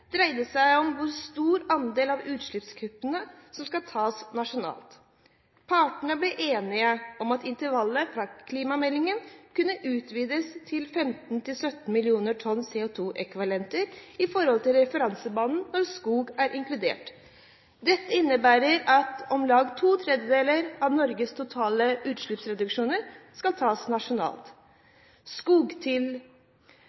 dreide seg om hvor stor andel av utslippskuttene som skal tas nasjonalt. Partene ble enige om at intervallet fra klimameldingen kunne utvides til 15–17 mill. tonn CO2-ekvivalenter i forhold til referansebanen når skog er inkludert. Dette innebærer at om lag to tredjedeler av Norges totale utslippsreduksjoner skal tas nasjonalt.